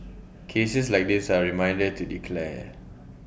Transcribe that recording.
cases like this are reminder to declare